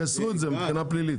תיישמו את זה מבחינה פלילית,